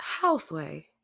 Houseway